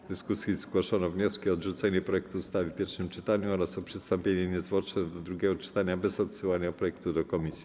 W dyskusji zgłoszono wnioski: o odrzucenie projektu ustawy w pierwszym czytaniu oraz o przystąpienie niezwłocznie do drugiego czytania bez odsyłania projektu do komisji.